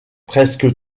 presque